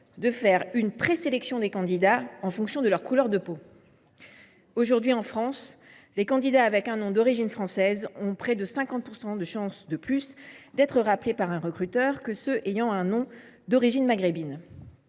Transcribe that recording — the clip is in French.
de faire une présélection des candidats en fonction de la couleur de leur peau. Aujourd’hui, en France, les candidats ayant un nom d’origine française ont près de 50 % de chances de plus d’être rappelés par un recruteur que ceux qui ont un nom d’origine maghrébine.